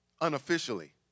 unofficially